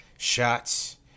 shots